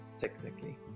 technically